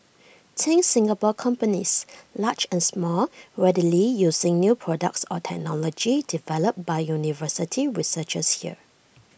think Singapore companies large and small readily using new products or technology developed by university researchers here